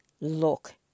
look